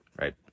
right